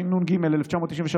התשנ"ג 1993,